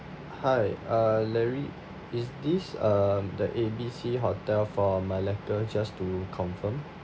hi uh larry is this um the A B C hotel for malacca just to confirm